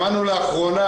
שמענו לאחרונה,